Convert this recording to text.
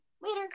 Later